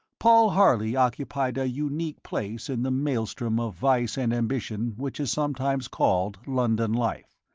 paul harley occupied a unique place in the maelstrom of vice and ambition which is sometimes called london life.